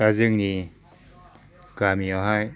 दा जोंनि गामियावहाय